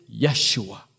Yeshua